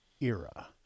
era